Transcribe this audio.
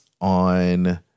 on